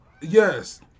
Yes